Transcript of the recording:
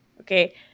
Okay